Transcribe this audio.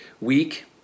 week